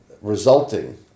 resulting